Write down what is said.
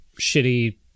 shitty